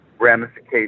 ramifications